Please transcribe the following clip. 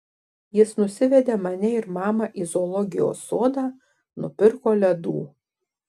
jis nusivedė mane ir mamą į zoologijos sodą nupirko ledų